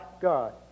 God